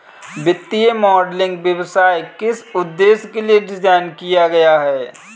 वित्तीय मॉडलिंग व्यवसाय किस उद्देश्य के लिए डिज़ाइन किया गया है?